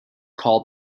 called